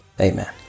Amen